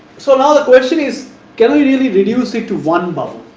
so, now the question is can i really reduce it to one bubble,